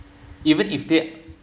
even if thei~